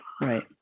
right